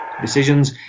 decisions